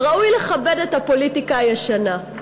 וראוי לכבד את הפוליטיקה הישנה,